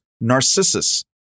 Narcissus